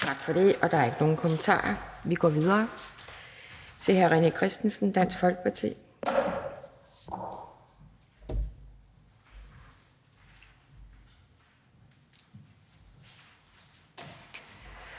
Tak for det. Der er ikke nogen kommentarer. Vi går videre til hr. René Christensen, Dansk Folkeparti.